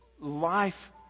life